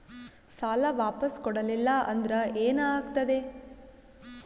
ಸಾಲ ವಾಪಸ್ ಕೊಡಲಿಲ್ಲ ಅಂದ್ರ ಏನ ಆಗ್ತದೆ?